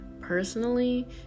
personally